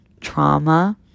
trauma